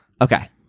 Okay